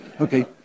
Okay